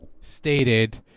stated